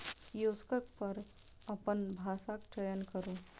kiosk पर अपन भाषाक चयन करू